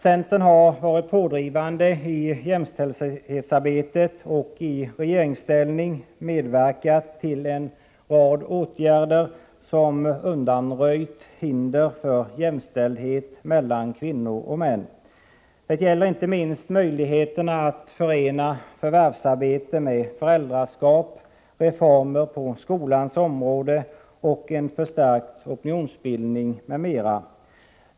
Centern har varit pådrivande i jämställdhetsarbetet och i regeringsställning medverkat till en rad åtgärder som undanröjt hinder för jämställdhet mellan kvinnor och män. Det gäller inte minst möjligheterna att förena förvärvsarbete med föräldraskap, reformer på skolans område, en förstärkt opinionsbildning m.m.